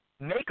make